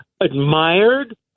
admired